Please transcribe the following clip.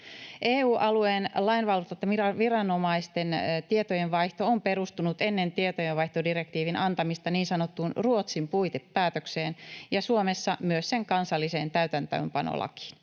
EU-alueen lainvalvontaviranomaisten tietojenvaihto on perustunut ennen tietojenvaihtodirektiivin antamista niin sanottuun Ruotsin puitepäätökseen ja Suomessa myös sen kansalliseen täytäntöönpanolakiin.